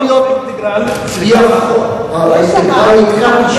יכול להיות, כמה האינטגרל?